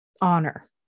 honor